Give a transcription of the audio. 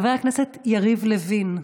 חבר הכנסת יריב לוין,